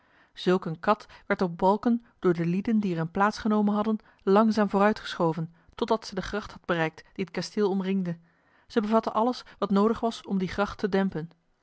zulk eene kat werd op balken door de lieden die er in plaats genomen hadden langzaam vooruit geschoven totdat zij de gracht had bereikt die het kasteel omringde zij bevatte alles wat noodig was om die gracht te dempen